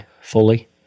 fully